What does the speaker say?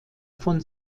von